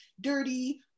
dirty